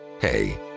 Hey